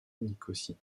nicosie